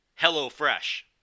HelloFresh